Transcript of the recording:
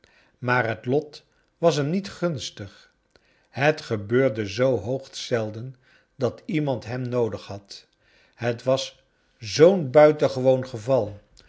maar het lot was hem niet gunstig het gebeurde zoo hoogst zelden dat iemand hem noodig had het was zoo'n buitengewoon geval